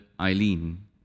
Eileen